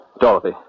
Dorothy